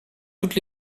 toutes